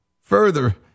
Further